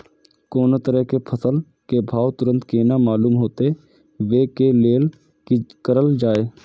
कोनो तरह के फसल के भाव तुरंत केना मालूम होते, वे के लेल की करल जाय?